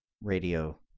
radio